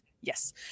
Yes